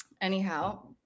Anyhow